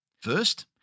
First